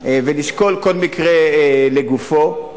ולשקול כל מקרה לגופו.